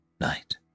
night